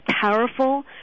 powerful